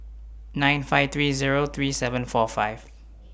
nine five three Zero three seven four five